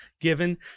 given